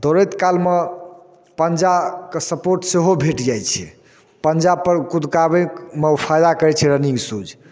दौड़ैत कालमे पंजाकेँ सपोर्ट सेहो भेट जाइ छै पंजापर कुदकाबैमे ओ फायदा करै छै रनिंग सूज